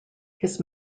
his